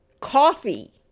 coffee